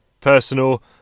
personal